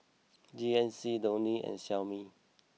G N C Downy and Xiaomi